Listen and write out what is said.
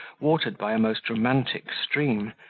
watered by a most romantic stream,